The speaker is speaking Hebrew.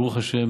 ברוך השם,